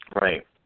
Right